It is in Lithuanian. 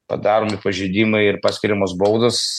padaromi pažeidimai ir paskiriamos baudos